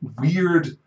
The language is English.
weird